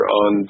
on